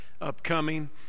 upcoming